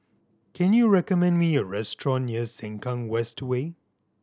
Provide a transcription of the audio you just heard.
can you recommend me a restaurant near Sengkang West Way